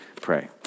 pray